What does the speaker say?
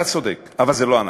אתה צודק, אבל זה לא אנחנו.